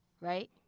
Right